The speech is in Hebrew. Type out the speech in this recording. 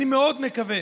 אני מאוד מקווה